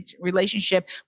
relationship